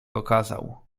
okazał